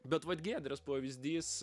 bet vat giedrės pavyzdys